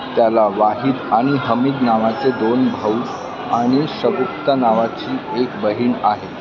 त्याला वाहिद आणि हमीद नावाचे दोन भाऊ आणि शगुफ्ता नावाची एक बहीण आहे